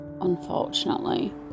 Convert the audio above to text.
unfortunately